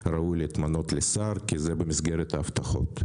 ראוי להתמנות לשר כי זה במסגרת ההבטחות.